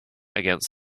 against